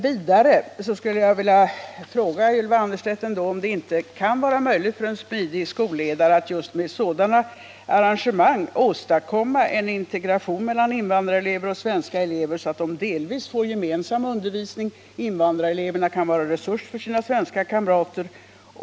Vidare skulle jag vilja fråga Ylva Annerstedt om det ändå inte kan vara möjligt för en smidig skolledare att just med sådana arrangemang åstadkomma en integration mellan invandrarelever och svenska elever, så att de delvis får gemensam undervisning. Invandrareleverna kan vara en resurs för sina svenska kamrater.